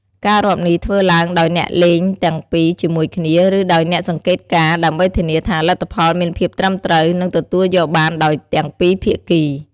ការរាប់នេះធ្វើឡើងដោយអ្នកលេងទាំងពីរជាមួយគ្នា ឬដោយអ្នកសង្កេតការណ៍ ដើម្បីធានាថាលទ្ធផលមានភាពត្រឹមត្រូវ និងទទួលយកបានដោយទាំងពីរភាគី។